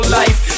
life